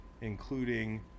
including